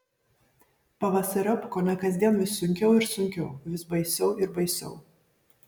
pavasariop kone kasdien vis sunkiau ir sunkiau vis baisiau ir baisiau